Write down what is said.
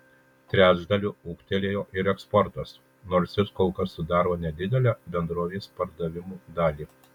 trečdaliu ūgtelėjo ir eksportas nors jis kol kas sudaro nedidelę bendrovės pardavimų dalį